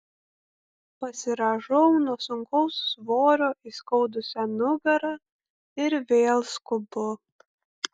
pasirąžau nuo sunkaus svorio įskaudusią nugarą ir vėl skubu